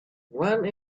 one